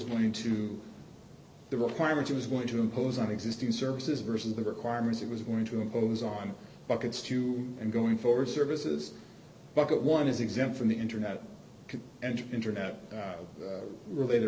going to the requirements it was going to impose on existing services versus the requirements it was going to impose on buckets too and going for services bucket one is exempt from the internet and internet related